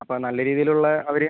അപ്പം നല്ല രീതിയിൽ ഉള്ള അവർ